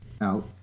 out